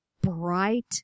bright